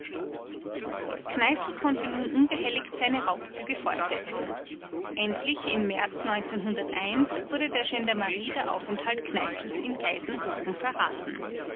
kneißl konnte nun unbehelligt seine raubzüge fortsetzen endlich im märz wurde der gendarmerie der aufenthalt kneißls in geisenhofen verraten